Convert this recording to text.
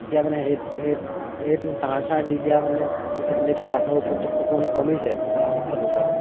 এতিয়া মানে সেই সে এইটো তাঁৰ চাৰ দি দিয়াই মানে পিছত মানে এতিয়া বাঘৰ উপদ্ৰৱটো অকণমান কমিছে বাঘ ভালুকৰ